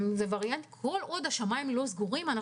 כל עוד השמיים לא סגורים,